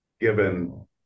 given